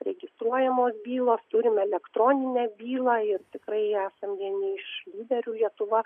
registruojamos bylos turim elektroninę bylą jis tikrai esam vieni iš lyderių lietuva